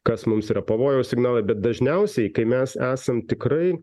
kas mums yra pavojaus signalai bet dažniausiai kai mes esam tikrai